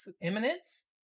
Eminence